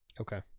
Okay